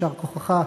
יישר כוחך,